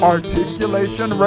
Articulation